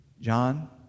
John